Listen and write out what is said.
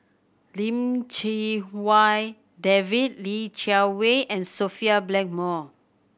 Lim Chee Wai David Li Jiawei and Sophia Blackmore